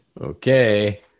Okay